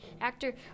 actor